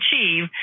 achieve